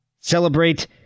celebrate